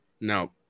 No